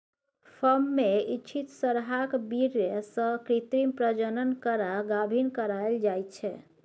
firm मे इच्छित सरहाक बीर्य सँ कृत्रिम प्रजनन करा गाभिन कराएल जाइ छै